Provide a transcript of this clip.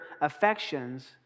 affections